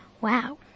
Wow